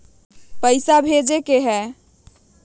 पैसा भेजे के हाइ?